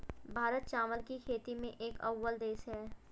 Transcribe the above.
भारत चावल की खेती में एक अव्वल देश है